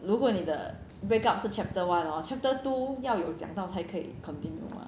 如果你的 break up 是 chapter one hor chapter two 要有讲到才可以 continue what